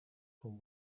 from